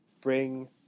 Bring